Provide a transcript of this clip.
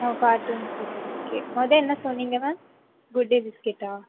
ஆ carton இது okay மொதல் என்ன சொன்னீங்க மேம் குட் டே பிஸ்கட்டா